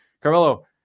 Carmelo